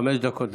חמש דקות לרשותך.